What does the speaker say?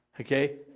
Okay